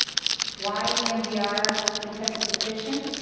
why emdr, because it's efficient.